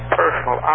personal